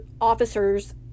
officers